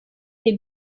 des